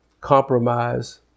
compromise